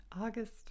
August